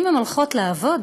אם הן הולכות לעבוד,